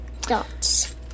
dots